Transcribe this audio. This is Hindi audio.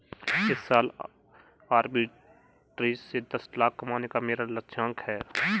इस साल आरबी ट्रेज़ से दस लाख कमाने का मेरा लक्ष्यांक है